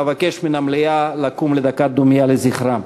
אבקש מן המליאה לקום לדקת דומייה לזכרם.